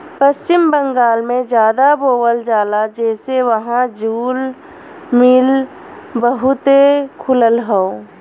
पश्चिम बंगाल में जादा बोवल जाला जेसे वहां जूल मिल बहुते खुलल हौ